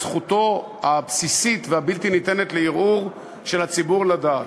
את זכותו הבסיסית והבלתי-ניתנת לערעור של הציבור לדעת.